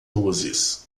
luzes